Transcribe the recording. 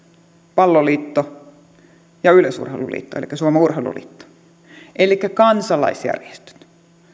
palloliitto ja yleisurheiluliitto elikkä suomen urheiluliitto elikkä kansalaisjärjestöt